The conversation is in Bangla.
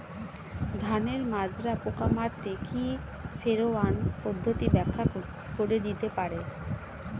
ধানের মাজরা পোকা মারতে কি ফেরোয়ান পদ্ধতি ব্যাখ্যা করে দিতে পারে?